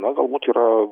na galbūt yra